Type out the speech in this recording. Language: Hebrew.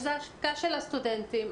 יש זעקה של הסטודנטים,